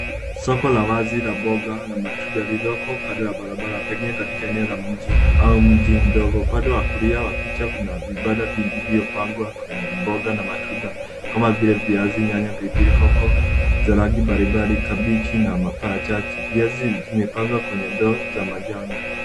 Soko la wazi la mboga na matunda lililoko kando ya barabara pekee katika eneo la mji au mji mdogo. Upande wa kulia wa picha kuna vibanda vilivyopangwa, vikiwa na mboga na matunda kama vile viazi, nyanya, pilipili hoho, karoti, kabichi na parachichi; viazi vizuri vimepangwa kwenye ndoo za majani.